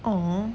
oh